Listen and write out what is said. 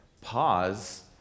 pause